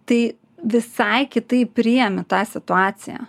tai visai kitaip priimi tą situaciją